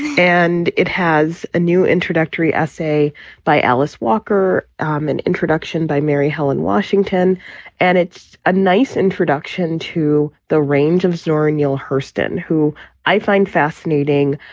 and it has a new introductory essay by alice walker, an introduction by mary helen washington and it's a nice introduction to the range of zora neale hurston, who i find fascinating,